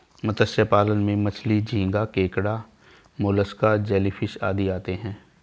मत्स्य पालन में मछली, झींगा, केकड़ा, मोलस्क, जेलीफिश आदि आते हैं